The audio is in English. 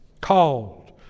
Called